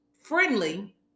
friendly